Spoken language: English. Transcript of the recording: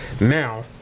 now